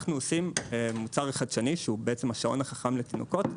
אנחנו עושים מוצר חדשני שהוא בעצם השעון החכם לתינוקות.